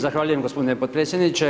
Zahvaljujem gospodine potpredsjedniče.